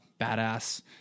badass